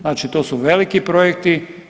Znači to su veliki projekti.